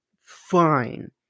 fine